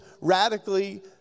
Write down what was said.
radically